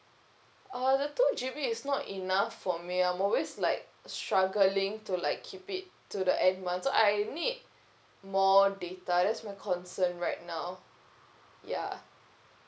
uh the two G_B is not enough for me I'm always like struggling to like keep it to the end month so I need more data that's my concern right now ya